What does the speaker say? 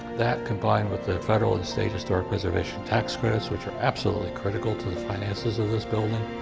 that combined with the federal estate historic preservation tax credits which are absolutely critical to the finances of this building.